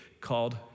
called